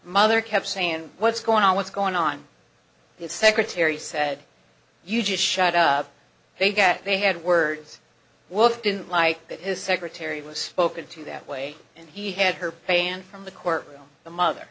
mother kept saying what's going on what's going on the secretary said you just shut up they get they had words wolf didn't like that his secretary was spoken to that way and he had her pan from the court room the mother